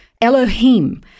Elohim